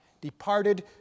departed